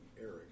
Eric